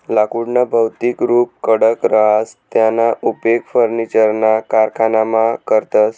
लाकुडनं भौतिक रुप कडक रहास त्याना उपेग फर्निचरना कारखानामा करतस